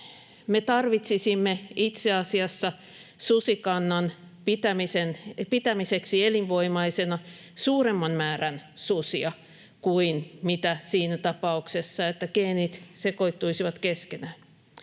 me tarvitsisimme itse asiassa susikannan pitämiseksi elinvoimaisena suuremman määrän susia kuin siinä tapauksessa, että geenit sekoittuisivat keskenään.